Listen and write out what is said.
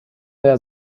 der